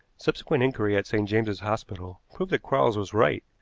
subsequent inquiry at st. james's hospital proved that quarles was right.